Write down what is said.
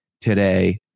today